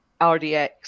RDX